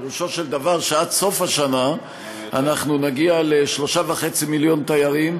פירושו של דבר שעד סוף השנה אנחנו נגיע ל-3.5 מיליון תיירים,